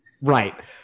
Right